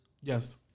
Yes